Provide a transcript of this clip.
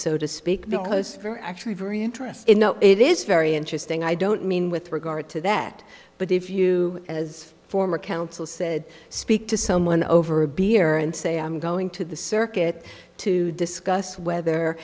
so to speak because you're actually very interesting it is very interesting i don't mean with regard to that but if you as a former counsel said speak to someone over a beer and say i'm going to the circuit to discuss whether